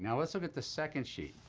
yeah let's look at the second sheet.